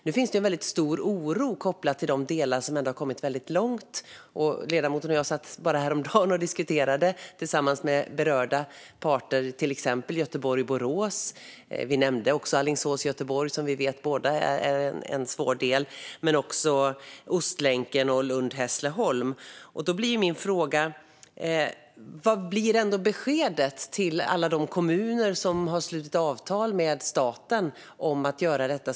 Nu finns det en väldigt stor oro kopplat till de delar som ändå har kommit väldigt långt. Ledamoten och jag satt bara häromdagen och diskuterade till exempel Göteborg-Borås tillsammans med berörda parter. Vi nämnde också Alingsås-Göteborg, som vi båda vet är en svår del, men också Ostlänken och Lund-Hässleholm. Då blir min fråga: Vad blir beskedet till alla de kommuner som har slutit avtal med staten om att göra detta?